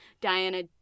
Diana